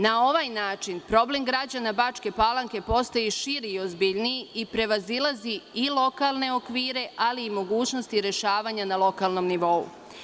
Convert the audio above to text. Na ovaj način problem građana Bačke Palanke postaje širi i ozbiljniji i prevazilazi i lokalne okvire, ali i mogućnosti rešavanja na lokalnomnivou.